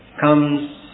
comes